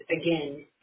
again